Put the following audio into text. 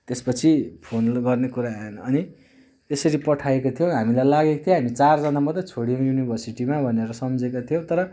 त्यसपछि फोन गर्ने कुरा आएन अनि त्यसरी पठाएको थियौँ हामीलाई लागेको थियो हामी चारजना मात्रै छोडियौँ युनिभर्सिटीमा भनेर सम्झेका थियौँ तर